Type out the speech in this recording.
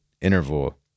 interval